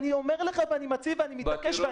אני אומר לך ואני מצהיר ואני מתעקש.